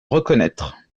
reconnaître